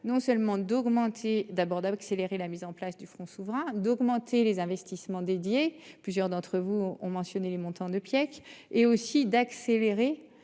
non seulement d'augmenter d'abord d'accélérer la mise en place du fonds souverain d'augmenter les investissements dédiés. Plusieurs d'entre vous ont mentionné les montants de Pierre et aussi d'accélérer